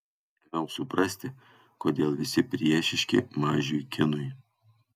ėmiau suprasti kodėl visi priešiški mažiui kinui